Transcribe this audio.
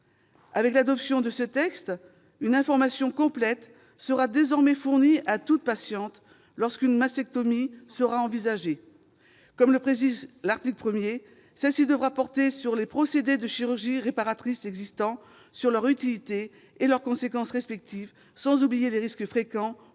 Avec l'adoption de ce texte, une information complète sera désormais fournie à toute patiente lorsqu'une mastectomie sera envisagée. Comme le précise l'article 1, celle-ci devra porter sur les procédés de chirurgie réparatrice existants, sur leur utilité et leurs conséquences respectives, sans oublier les risques fréquents ou